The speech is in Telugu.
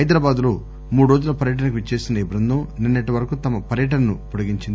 హైదరాబాద్ లో మూడు రోజుల పర్యటనకు విచ్చేసిన ఈ బృందం నిన్నటి వరకు తమ పర్యటనను పొడిగించుకుంది